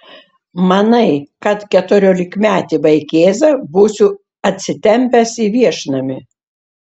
manai kad keturiolikmetį vaikėzą būsiu atsitempęs į viešnamį